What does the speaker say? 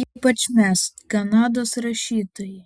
ypač mes kanados rašytojai